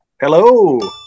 hello